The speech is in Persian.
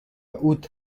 اوت